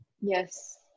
Yes